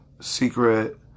secret